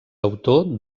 autor